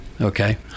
Okay